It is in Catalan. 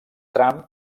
tram